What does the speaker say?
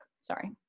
sorry